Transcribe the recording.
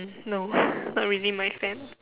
no not really my fan